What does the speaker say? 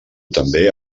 també